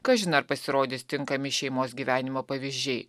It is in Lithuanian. kažin ar pasirodys tinkami šeimos gyvenimo pavyzdžiai